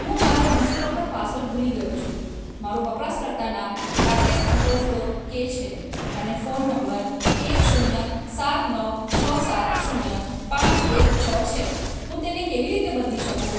હું મારો DigiLocker password ભૂલી ગયો છું મારું વપરાશકર્તા નામ રાકેશ અંડર સ્કોર કે છે અને ફોન નંબર એક શૂન્ય સાત નવ છ સાત શૂન્ય પાંચ એક છ છે હું તેને કેવી રીતે બદલી શકું